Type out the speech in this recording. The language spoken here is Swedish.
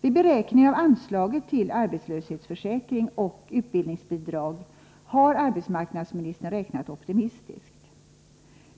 Vid beräkningen av anslaget till arbetslöshetsförsäkring och utbildningsbidrag har arbetsmarknadsministern räknat optimistiskt.